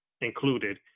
included